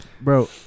Bro